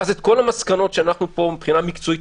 כל המסקנות שנגיע אליהן כאן מבחינה מקצועית